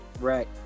right